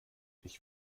ich